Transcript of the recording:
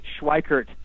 Schweikert